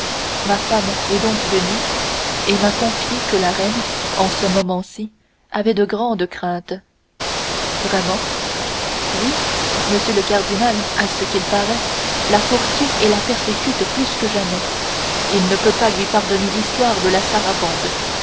ma femme est donc venue et m'a confié que la reine en ce moment-ci avait de grandes craintes vraiment oui m le cardinal à ce qu'il paraît la poursuit et la persécute plus que jamais il ne peut pas lui pardonner l'histoire de la sarabande